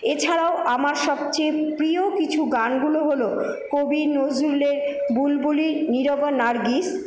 এছাড়াও আমার সবচেয়ে প্রিয় কিছু গানগুলো হলো কবি নজরুলের বুলবুলির নীরবও নার্গিস